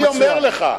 אני אומר לך,